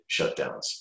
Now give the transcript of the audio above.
shutdowns